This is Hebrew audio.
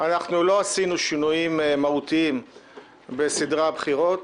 אנחנו לא עשינו שינויים מהותיים בסדרי הבחירות.